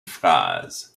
phrase